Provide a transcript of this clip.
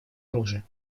оружия